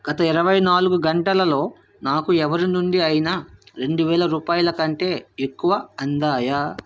గత ఇరువై నాలుగు గంటలలో నాకు ఎవరి నుండి అయినా రెండు వేల రూపాయల కంటే ఎక్కువ అందాయా